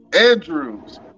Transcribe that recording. Andrews